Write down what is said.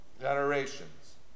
generations